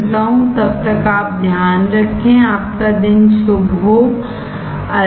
तब तक आप ध्यान रखें आपका दिन शुभ हो अलविदा